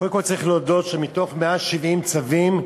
קודם כול צריך להודות שמתוך 170 צווים,